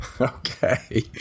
Okay